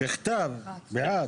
הצבעה בעד,